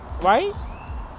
right